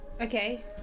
Okay